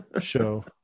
show